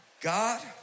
God